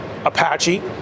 Apache